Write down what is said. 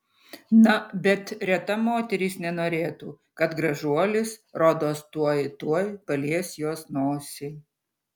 na bet reta moteris nenorėtų kad gražuolis rodos tuoj tuoj palies jos nosį